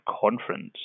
conference